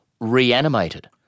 reanimated